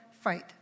fight